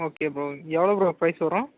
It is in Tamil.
ஓகே ப்ரோ எவ்வளோ ப்ரோ ப்ரைஸ் வரும்